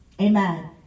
amen